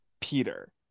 Peter